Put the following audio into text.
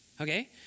Okay